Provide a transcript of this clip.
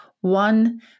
one